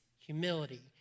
humility